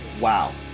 Wow